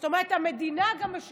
זאת אומרת, גם המדינה משלמת.